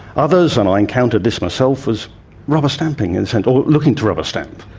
others, and i encountered this myself as rubberstamping and so and or looking to rubber stamp.